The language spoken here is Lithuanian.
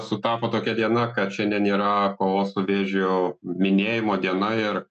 sutapo tokia diena kad šiandien yra kovos su vėžiu minėjimo diena ir